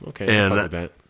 okay